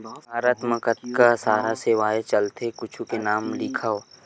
भारत मा कतका सारा सेवाएं चलथे कुछु के नाम लिखव?